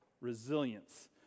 Resilience